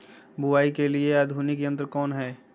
बुवाई के लिए आधुनिक यंत्र कौन हैय?